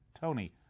Tony